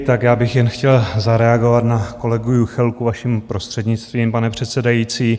Tak já bych jen chtěl zareagovat na kolegu Juchelku, vaším prostřednictvím, pane předsedající.